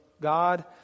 God